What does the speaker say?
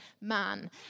man